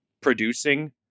producing